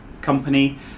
company